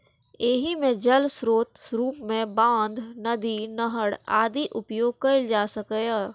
एहि मे जल स्रोतक रूप मे बांध, नदी, नहर आदिक उपयोग कैल जा सकैए